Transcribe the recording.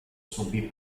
subì